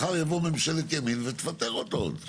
מחר תבוא ממשלת ימין ותפטר אותו עוד.